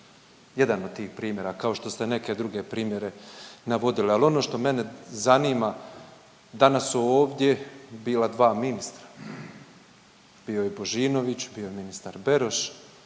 jedan od tih primjera, kao što ste neke druge primjere navodili. Al ono što mene zanima, danas su ovdje bila dva ministra, bio je Božinović, bio je ministar Beroš,